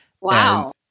Wow